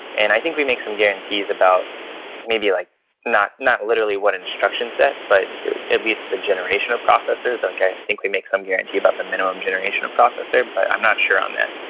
and i think we make some guarantees about maybe like not not literally what instruction set, but at least the generation of processor that like i think we make some guarantee about the minimum generation of processor, but i'm not sure on that.